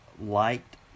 liked